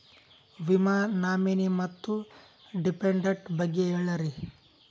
ವಿಮಾ ನಾಮಿನಿ ಮತ್ತು ಡಿಪೆಂಡಂಟ ಬಗ್ಗೆ ಹೇಳರಿ?